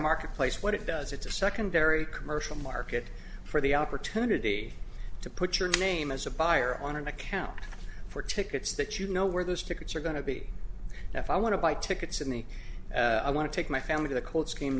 marketplace what it does it's a secondary commercial market for the opportunity to put your name as a buyer on an account for tickets that you know where those tickets are going to be if i want to buy tickets in the i want to take my family to the col